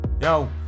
yo